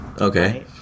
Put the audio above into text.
Okay